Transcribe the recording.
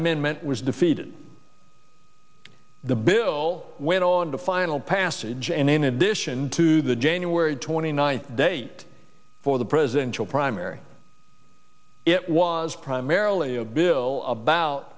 amendment was defeated the bill went on to final passage and in addition to the january twenty ninth date for the presidential primary it was primarily a bill about